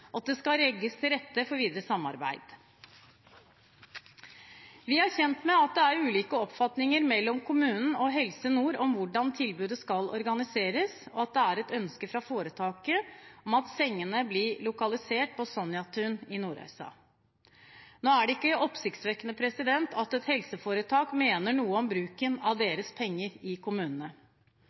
at det skal legges til rette for videre samarbeid. Vi er kjent med at det er ulike oppfatninger mellom kommunene og Helse Nord om hvordan tilbudet skal organiseres, og at det er et ønske fra foretaket at sengene blir lokalisert på Sonjatun i Nordreisa. Nå er det ikke oppsiktsvekkende at et helseforetak mener noe om bruken av deres penger i kommunene.